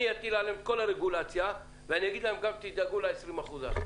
אני אטיל עליהם את כל הרגולציה ואני אומר להם גם שידאגו ל-20 אחוזים.